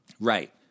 Right